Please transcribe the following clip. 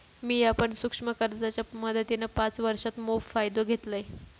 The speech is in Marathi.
मिया पण सूक्ष्म कर्जाच्या मदतीन पाच वर्षांत मोप फायदो घेतलंय